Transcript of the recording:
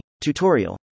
Tutorial